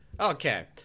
Okay